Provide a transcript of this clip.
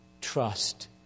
trust